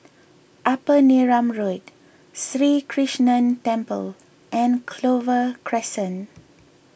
Upper Neram Road Sri Krishnan Temple and Clover Crescent